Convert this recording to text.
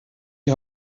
die